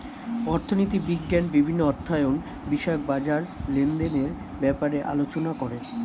অর্থনীতি বিজ্ঞান বিভিন্ন অর্থায়ন বিষয়ক বাজার লেনদেনের ব্যাপারে আলোচনা করে